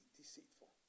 deceitful